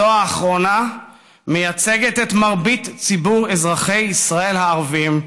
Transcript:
זו האחרונה מייצגת את מרבית ציבור אזרחי ישראל הערבים,